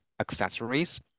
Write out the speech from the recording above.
accessories